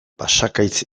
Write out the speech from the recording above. basakaitz